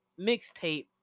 mixtape